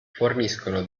forniscono